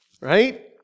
right